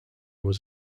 was